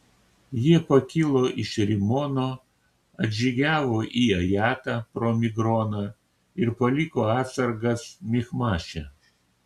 jie pakilo iš rimono atžygiavo į ajatą pro migroną ir paliko atsargas michmaše